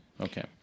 okay